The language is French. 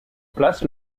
place